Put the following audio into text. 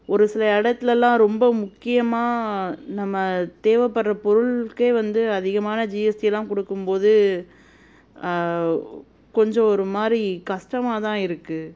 ஒரு சில இடத்துலலாம் ரொம்ப முக்கியமாக நம்ம தேவைப்பட்ற பொருளுக்கே வந்து அதிகமான ஜிஎஸ்டியெலாம் கொடுக்கும் போது கொஞ்சம் ஒரு மாதிரி கஷ்டமா தான் இருக்குது